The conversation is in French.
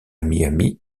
miami